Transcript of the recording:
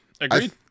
Agreed